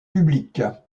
public